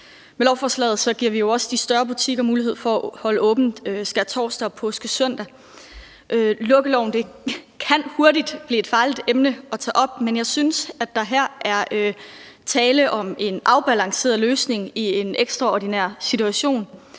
Med lovforslaget giver vi jo også de større butikker mulighed for at holde åbent skærtorsdag og påskesøndag. Lukkeloven kan hurtigt blive et farligt emne at tage op, men jeg synes, at der her er tale om en afbalanceret løsning i en ekstraordinær situation.